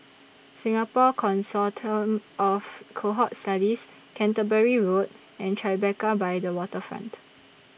Singapore Consortium of Cohort Studies Canterbury Road and Tribeca By The Waterfront